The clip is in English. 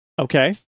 okay